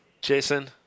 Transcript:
Jason